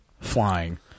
flying